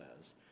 says